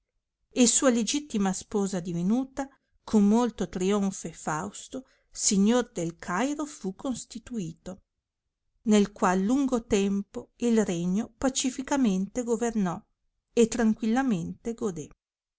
e sua legittima sposa divenuta con molto trionfo e fausto signor del cairo fu constituito nel qual lungo tempo il regno pacificamente governò e tranquillamente godè